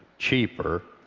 cheaper,